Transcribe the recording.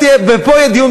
ופה יהיה דיון,